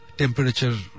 temperature